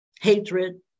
hatred